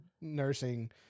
nursing